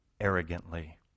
arrogantly